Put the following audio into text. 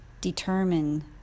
determine